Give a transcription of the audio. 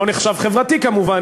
הוא לא נחשב חברתי כמובן,